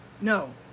no